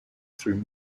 through